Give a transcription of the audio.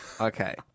Okay